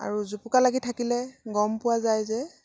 আৰু জুপুকা লাগি থাকিলে গম পোৱা যায় যে